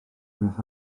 beth